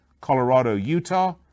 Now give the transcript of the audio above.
Colorado-Utah